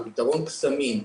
פתרון קסמים.